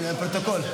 לפרוטוקול,